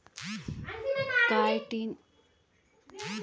chitin शरीर के बाहरी आवरण का कार्य करता है और कवक में पाया जाता है